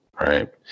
right